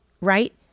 right